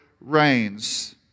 reigns